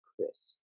Chris